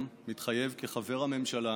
מתחייב כחבר הממשלה